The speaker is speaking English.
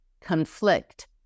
conflict